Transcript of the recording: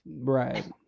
Right